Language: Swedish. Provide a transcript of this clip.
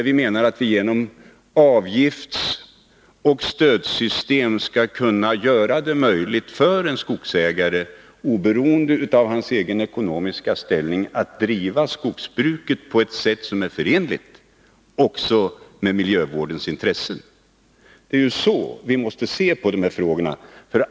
Vi menar att man genom ett avgiftsoch stödsystem skall kunna göra det möjligt för en skogsägare att oberoende av hans egen ekonomiska ställning driva skogsbruket på ett sätt som är förenligt också med miljövårdens intressen. Så måste man se på dessa frågor.